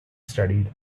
studied